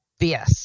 BS